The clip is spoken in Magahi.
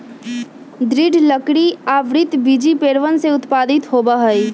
दृढ़ लकड़ी आवृतबीजी पेड़वन से उत्पादित होबा हई